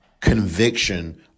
conviction